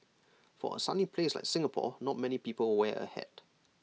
for A sunny place like Singapore not many people wear A hat